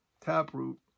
Taproot